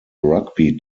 rugby